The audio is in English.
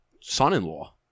son-in-law